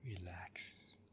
Relax